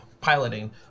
piloting